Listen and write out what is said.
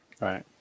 Right